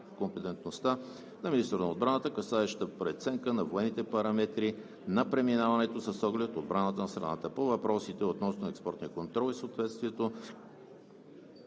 компетентността на министъра на отбраната, касаеща преценка на военните параметри на преминаването с оглед отбраната на страната. По въпросите относно експортния контрол и съответствието